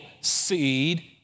seed